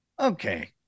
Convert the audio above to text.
okay